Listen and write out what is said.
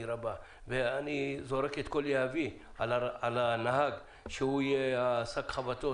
אני משליך את כל יהבי על הנהג שהוא יהיה שק החבטות,